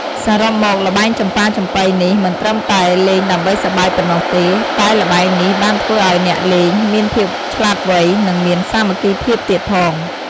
សរុបមក ល្បែងចំប៉ាចំប៉ីនេះមិនត្រឹមតែលេងដើម្បីសប្បាយប៉ុណ្ណោះទេ តែល្បែងនេះបានធ្វើឲ្យអ្នកលេងមានភាពឆ្លាសវៃ និងមានសាមគ្គីភាពទៀតផង។